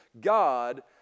God